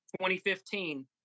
2015